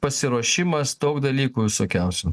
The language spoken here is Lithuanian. pasiruošimas daug dalykų visokiausių